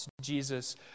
Jesus